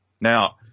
Now